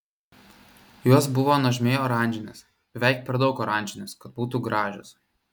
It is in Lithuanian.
jos buvo nuožmiai oranžinės beveik per daug oranžinės kad būtų gražios